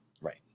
Right